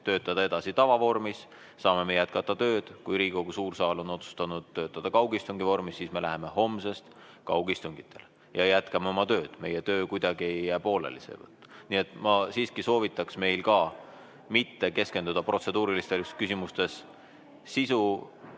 töötada edasi tavavormis, saame me jätkata tööd. Kui Riigikogu suur saal on otsustanud töötada kaugistungi vormis, siis me läheme homsest kaugistungitele ja jätkame oma tööd. Meie töö kuidagi ei jää pooleli seetõttu. Nii et ma siiski soovitan meil mitte keskenduda protseduurilistes küsimustes sisu